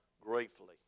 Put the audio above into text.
gratefully